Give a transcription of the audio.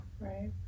Right